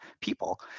people